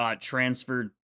transferred